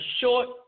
short